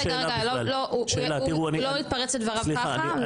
לא להתפרץ לדבריו ככה,